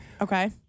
Okay